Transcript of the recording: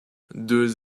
deux